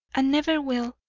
and never will,